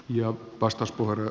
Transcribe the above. arvoisa puhemies